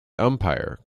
umpire